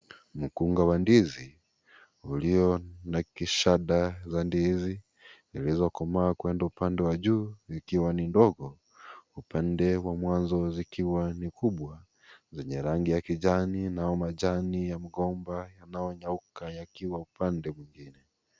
Mkunga wa ndizi uliona kishada za ndizi zilizokomaa kwenda upande wa juu zikiwa ni ndogo. Upande wa mwanzo zikiwa ni kubwa zenye rangi ya kijani na majani ya mgomba yanayonyauka yakiwa pande mwengine.